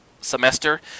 semester